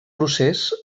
procés